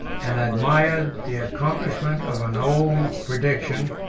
and admired the accomplishment of an old prediction,